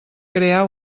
crear